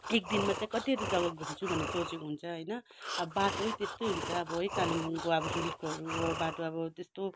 एक दिनमा चाहिँ कतिवटा जगा घुम्छु भन्ने सोचेको हुन्छ होइन अब बाटो यो त्यस्तै हुन्छ है कालिम्पोङको अब हिलकोहरू हो बाटो अब त्यस्तो